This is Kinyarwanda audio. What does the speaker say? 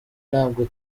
ntabwo